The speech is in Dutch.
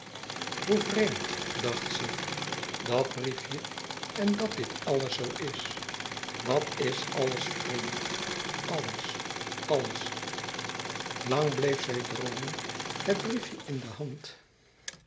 hoe vreemd dacht ze dat briefje en dat dit alles zoo is wat is alles vreemd alles alles lang bleef zij droomen het briefje in de hand